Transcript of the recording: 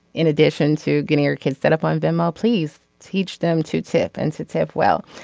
in addition to getting your kids set up on them ah please teach them to tip and to tip well.